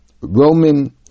Roman